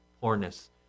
poorness